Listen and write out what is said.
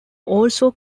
also